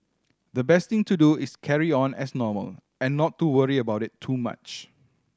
the best thing to do is carry on as normal and not to worry about it too much